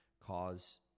cause